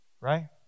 Right